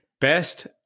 best